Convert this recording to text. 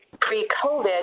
pre-COVID